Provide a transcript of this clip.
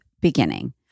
beginning